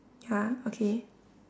!huh! okay